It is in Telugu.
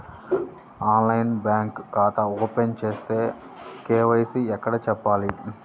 ఆన్లైన్లో బ్యాంకు ఖాతా ఓపెన్ చేస్తే, కే.వై.సి ఎక్కడ చెప్పాలి?